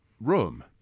room